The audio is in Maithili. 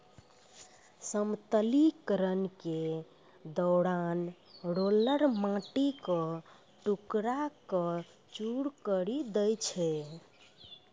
समतलीकरण के दौरान रोलर माटी क टुकड़ा क चूर करी दै छै